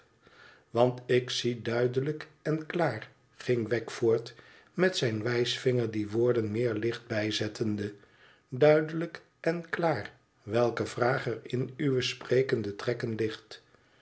want ik zie duidelijk en klaar ging wegg voort met zijn wijsvinger die woorden meer licht bijzettende duidelijk en klaar welke vraag er in uwe sprekende trekken ligt